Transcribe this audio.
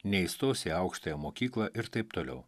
neįstos į aukštąją mokyklą ir taip toliau